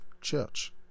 church